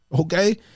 okay